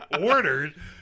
Ordered